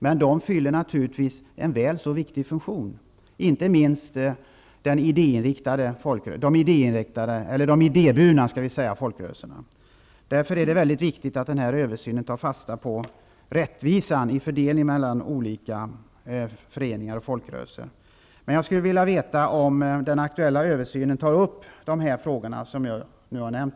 Men de fyller naturligtvis en väl så viktig funktion, inte minst de idéburna folkrörelserna. Därför är det mycket viktigt att den här översynen tar fasta på rättvisan i fördelningen mellan olika föreningar och folkrörelser. Jag skulle vilja veta om den aktuella översynen även tar upp de frågor som jag nu har nämnt.